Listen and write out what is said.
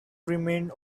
remained